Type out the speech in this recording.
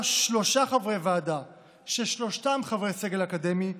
שלושה חברי ועדה ששלושתם חברי סגל אקדמי,